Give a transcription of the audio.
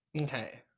Okay